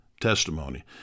testimony